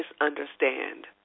misunderstand